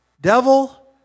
devil